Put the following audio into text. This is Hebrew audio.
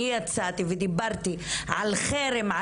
אני יצאתי ודיברתי על חרם,